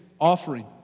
offering